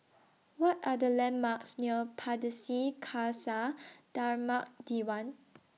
What Are The landmarks near Pardesi Khalsa Dharmak Diwan